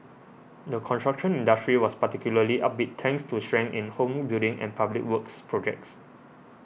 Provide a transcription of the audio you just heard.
the construction industry was particularly upbeat thanks to strength in home building and public works projects